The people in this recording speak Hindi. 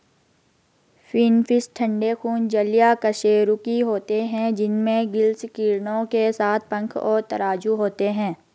फिनफ़िश ठंडे खून जलीय कशेरुकी होते हैं जिनमें गिल्स किरणों के साथ पंख और तराजू होते हैं